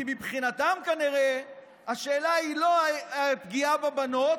כי מבחינתם כנראה השאלה היא לא הפגיעה בבנות,